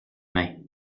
mains